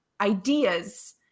ideas